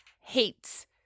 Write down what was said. hates